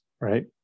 right